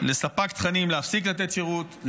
לספק תכנים להפסיק לתת שירות,